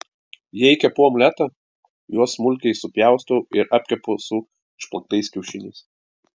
jei kepu omletą juos smulkiai supjaustau ir apkepu su išplaktais kiaušiniais